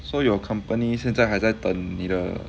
so your company 现在还在等你的